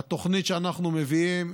התוכנית שאנחנו מביאים,